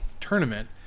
tournament